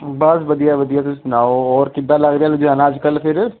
ਬਸ ਵਧੀਆ ਵਧੀਆ ਤੁਸੀਂ ਸੁਣਾਓ ਹੋਰ ਕਿੱਦਾਂ ਲੱਗ ਰਿਹਾ ਲੁਧਿਆਣਾ ਅੱਜ ਕੱਲ੍ਹ ਫਿਰ